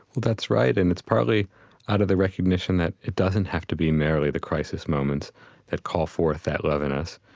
that's right. and it's partly out of the recognition that it doesn't have to be merely the crisis moments that call forth that lovingness,